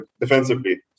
defensively